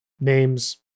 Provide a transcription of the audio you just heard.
names